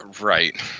right